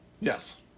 Yes